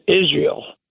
Israel